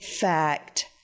fact